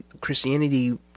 Christianity